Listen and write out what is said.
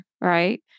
right